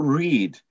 read